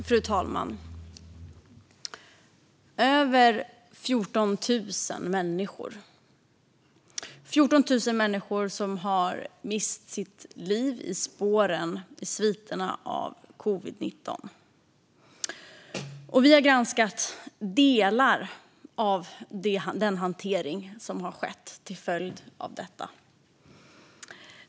Fru talman! Över 14 000 människor har mist sitt liv i sviterna av covid19. Vi har granskat delar av den hantering som har skett till följd av detta.